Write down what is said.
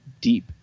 deep